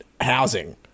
housing